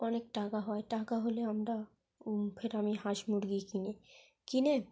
অনেক টাকা হয় টাকা হলে আমরা ফের আমি হাঁস মুরগি কিনি কিনে